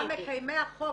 גם מקיימי החוק,